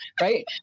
right